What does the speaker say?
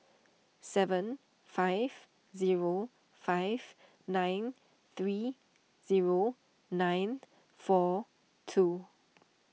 seven five zero five nine three zero nine four two